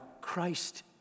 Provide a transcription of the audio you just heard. Christ